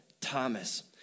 Thomas